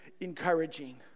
encouraging